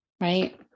right